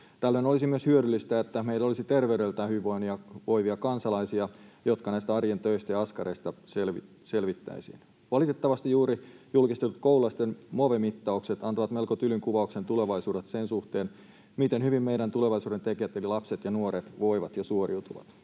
Tällöin olisi myös hyödyllistä, että meillä olisi terveydeltään hyvinvoivia kansalaisia, jotta näistä arjen töistä ja askareista selvittäisiin. Valitettavasti juuri julkistetut koululaisten Move-mittaukset antavat melko tylyn kuvauksen tulevaisuudesta sen suhteen, miten hyvin meidän tulevaisuuden tekijät, eli lapset ja nuoret, voivat ja suoriutuvat.